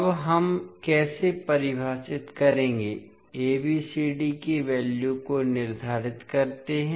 अब हम कैसे परिभाषित करेंगे ABCD की वैल्यू को निर्धारित करते हैं